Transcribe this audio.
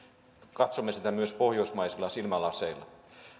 katsomme sitä myös pohjoismaisilla silmälaseilla